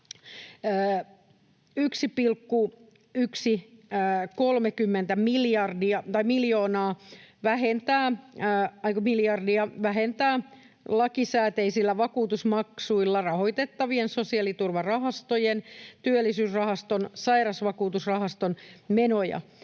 1,13 miljardia vähentää lakisääteisillä vakuutusmaksuilla rahoitettavien sosiaaliturvarahastojen, Työllisyysrahaston ja Sairausvakuutusrahaston, menoja.